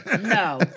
No